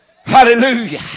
Hallelujah